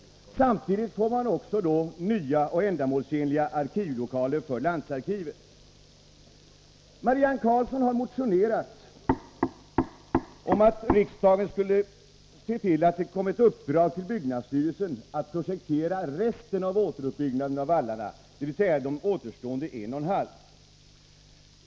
Samtidigt får man då nya och ändamålsenliga arkivlokaler för landsarkivet. Marianne Karlsson har motionerat om att riksdagen skulle se till, att det kom uppdrag till byggnadsstyrelsen att projektera en återuppbyggnad av resten av vallarna, dvs. de återstående en och en halv.